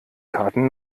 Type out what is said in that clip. karten